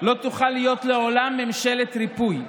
לא תוכל להיות לעולם ממשלת ריפוי.